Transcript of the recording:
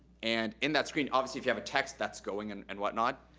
and in that screen, obviously if ya have a text that's going and and whatnot,